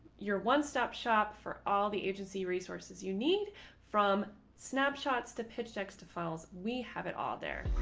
your one stop shop for all the agency resources you need from snapshots to pitch text files. we have it all there.